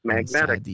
Magnetic